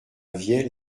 vielle